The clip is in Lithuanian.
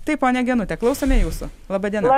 taip ponia genutę klausome jūsų laba diena